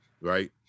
right